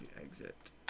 exit